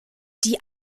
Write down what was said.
die